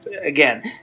again